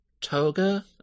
Toga